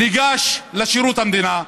ניגש לשירות המדינה,